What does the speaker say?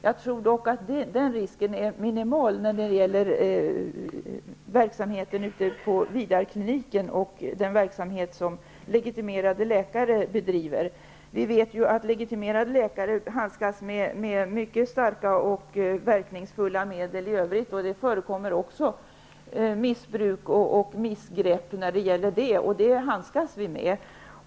Jag tror dock att den risken är minimal när det gäller verksamheten ute på Vidarkliniken och den verksamhet som legitimerade läkare bedriver. Legitimerade läkare handskas i övrigt också med mycket starka och verkningsfulla medel. Det förekommer missbruk och missgrepp, och det handskas vi med.